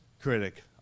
critic